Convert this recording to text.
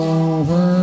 over